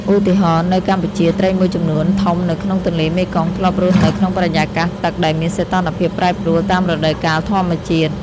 ឧទាហរណ៍ នៅកម្ពុជា ត្រីមួយចំនួនធំនៅក្នុងទន្លេមេគង្គធ្លាប់រស់នៅក្នុងបរិយាកាសទឹកដែលមានសីតុណ្ហភាពប្រែប្រួលតាមរដូវកាលធម្មជាតិ។